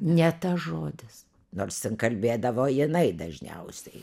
ne tas žodis nors jin kalbėdavo jinai dažniausiai